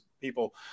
people